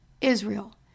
Israel